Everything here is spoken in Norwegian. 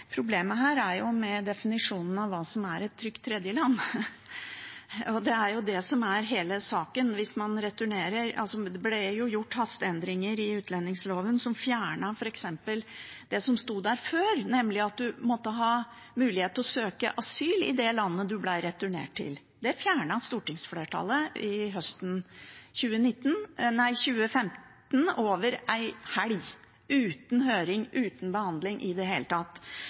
Problemet her er jo definisjonen av hva som er «et trygt tredjeland». Det er det som er hele saken hvis man returnerer. Det ble jo gjort hasteendringer i utlendingsloven som fjernet f.eks. det som sto der før, nemlig at du måtte ha mulighet til å søke asyl i det landet du ble returnert til. Det fjernet stortingsflertallet høsten 2015 over en helg, uten høring, uten behandling i det hele tatt.